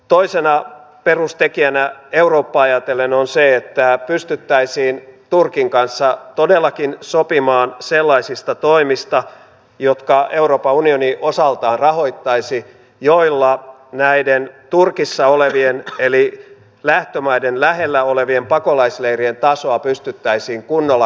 toisena perustekijänä eurooppaa ajatellen on se että pystyttäisiin turkin kanssa todellakin sopimaan sellaisista toimista jotka euroopan unioni osaltaan rahoittaisi ja joilla näiden turkissa eli lähtömaiden lähellä olevien pakolaisleirien tasoa pystyttäisiin kunnolla kohentamaan